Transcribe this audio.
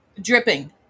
Dripping